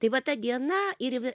tai va ta diena ir